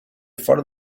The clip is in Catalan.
fort